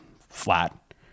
flat